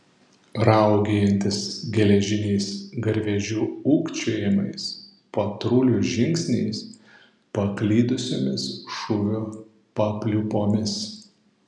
raugėjantis geležiniais garvežių ūkčiojimais patrulių žingsniais paklydusiomis šūvių papliūpomis